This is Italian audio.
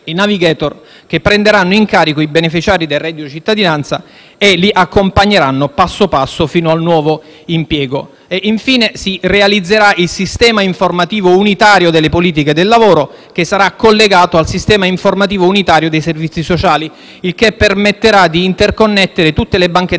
i *navigator* che prenderanno in carico i beneficiari del reddito di cittadinanza e li accompagneranno, passo dopo passo, fino al nuovo impiego. Inoltre, si realizzerà il sistema informativo unitario delle politiche del lavoro, che sarà collegato al sistema informativo unitario dei servizi sociali, il che permetterà di interconnettere tutte le banche dati